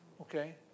Okay